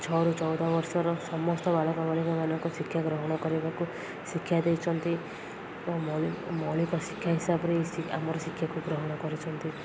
ଛଅରୁ ଚଉଦ ବର୍ଷର ସମସ୍ତ ବାଳକ ବାଳିକାମାନଙ୍କ ଶିକ୍ଷା ଗ୍ରହଣ କରିବାକୁ ଶିକ୍ଷା ଦେଇଛନ୍ତି ଓ ମୌଳିକ ଶିକ୍ଷା ହିସାବରେ ଆମର ଶିକ୍ଷାକୁ ଗ୍ରହଣ କରୁଛନ୍ତି